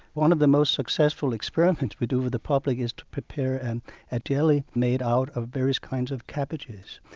one of the most successful experiments we do with the public is to prepare and a jelly made out of various kinds of cabbages.